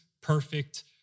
perfect